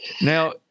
Now